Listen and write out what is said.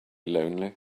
lonely